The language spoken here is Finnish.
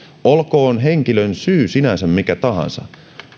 olkoon henkilön syy sinänsä mikä tahansa